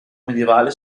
medievale